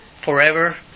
forever